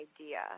idea